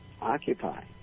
Occupy